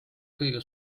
kõige